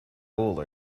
all